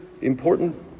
important